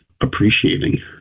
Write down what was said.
appreciating